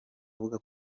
avuga